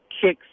kicks